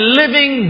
living